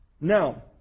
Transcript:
Now